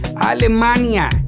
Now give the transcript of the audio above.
Alemania